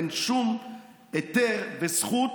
אין שום היתר וזכות